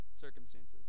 circumstances